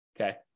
Okay